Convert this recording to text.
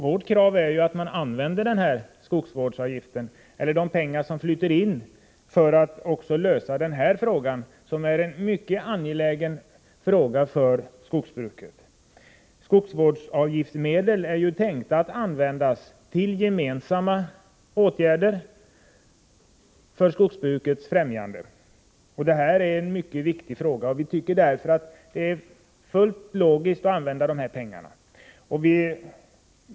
Vårt krav är att de pengar som flyter in genom skogsvårdsavgiften används för att lösa den här frågan, som är mycket angelägen för skogsbruket. Skogsvårdsavgiftsmedlen är ju tänkta att användas till gemensamma åtgärder för skogsbrukets främjande. Det är alltså en mycket viktig fråga. Vi tycker därför att det är fullt logiskt att använda pengarna på detta sätt.